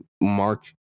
mark